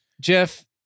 Jeff